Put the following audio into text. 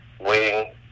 Waiting